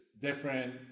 different